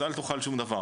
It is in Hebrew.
אז אל תאכל שום דבר